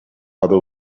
other